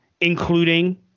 including